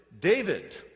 David